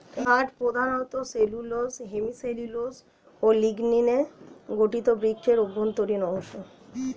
কাঠ প্রধানত cellulose, hemicellulose ও লিগনিনে গঠিত বৃক্ষের অভ্যন্তরীণ অংশ